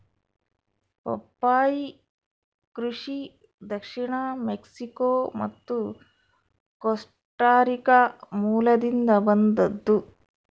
ಪಪ್ಪಾಯಿ ಕೃಷಿ ದಕ್ಷಿಣ ಮೆಕ್ಸಿಕೋ ಮತ್ತು ಕೋಸ್ಟಾರಿಕಾ ಮೂಲದಿಂದ ಬಂದದ್ದು